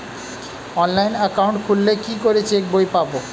Online account খুললে কি করে চেক বই পাব?